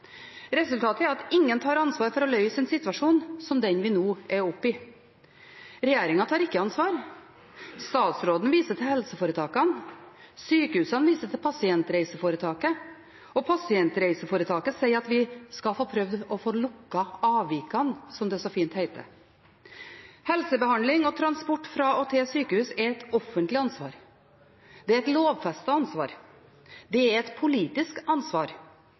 Resultatet er at ingen tar ansvaret for å løse en situasjon som den vi nå er oppe i. Regjeringen tar ikke ansvar, statsråden viser til helseforetakene, sykehusene viser til pasientreiseforetaket, og pasientreiseforetaket sier at vi skal prøve å få lukket avvikene, som det så fint heter. Helsebehandling og transport til og fra sykehus er et offentlig ansvar. Det er et lovfestet ansvar. Det er et politisk ansvar.